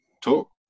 talk